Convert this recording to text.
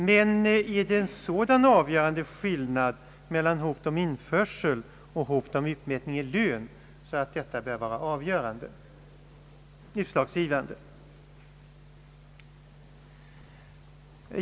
Men är det en så avgörande skillnad mellan hot om införsel och hot om utmätning i lön att den bör fälla utslaget?